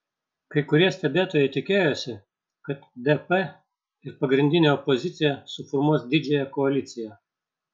kai kurie stebėtojai tikėjosi kad dp ir pagrindinė opozicija suformuos didžiąją koaliciją